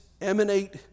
emanate